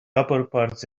upperparts